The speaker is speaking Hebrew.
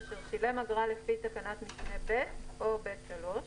אשר שילם אגרה לפי תקנת משנה (ב) או (ב3)".